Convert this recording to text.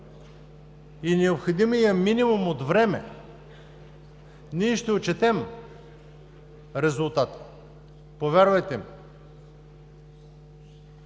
и необходимия минимум от време, ние ще отчетем резултати, повярвайте ми.